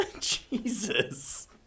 Jesus